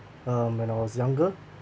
um when I was younger